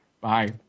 Bye